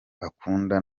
akunda